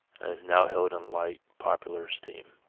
and is now held in light popular esteem.